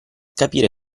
capire